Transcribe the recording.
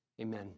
Amen